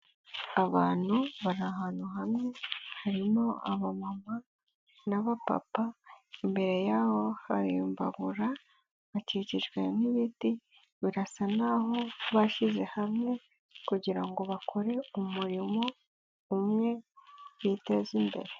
Abantu bari ahantu hamwe, harimo abamama n'abapapa, imbere y'aho hari mbabura, bakikijwe n'ibiti birasa n'aho bashyize hamwe kugira ngo bakore umurimo umwe biteza imbere.